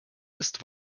ist